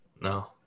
no